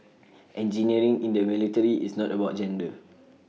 engineering in the military is not about gender